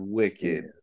wicked